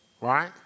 right